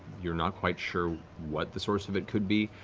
you're not quite sure what the source of it could be.